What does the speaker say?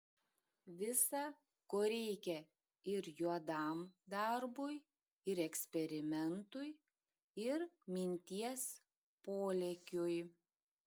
visa ko reikia ir juodam darbui ir eksperimentui ir minties polėkiui